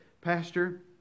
Pastor